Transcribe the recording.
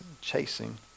chasing